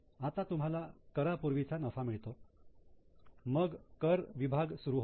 आता तुम्हाला करा पूर्वीचा नफा मिळतो मग कर विभाग सुरू होतो